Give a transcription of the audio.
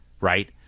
Right